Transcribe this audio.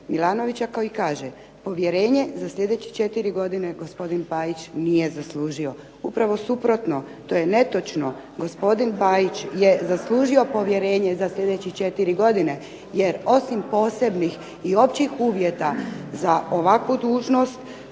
Milanovića koji kaže: "Povjerenje za slijedeće četiri godine gospodin Bajić nije zaslužio.". Upravo suprotno. To je netočno. Gospodin Bajić je zaslužio povjerenje za slijedećih četiri godine jer osim posebnih i općih uvjeta za ovakvu dužnost